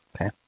Okay